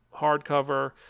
hardcover